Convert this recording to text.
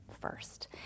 first